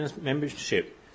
membership